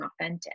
authentic